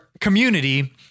community